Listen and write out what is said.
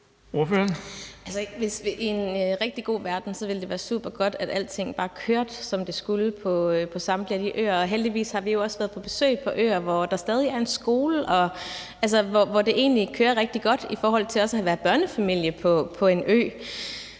i den bedste af alle verdener ville det være supergodt, at alting bare kørte, som det skulle, på samtlige af de øer, og vi har jo også været på besøg på øer, hvor der heldigvis stadig er en skole, og hvor det egentlig kører rigtig godt, også i forhold til at være børnefamilie på en ø.